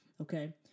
Okay